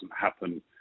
happen